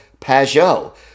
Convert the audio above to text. Pajot